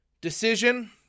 decision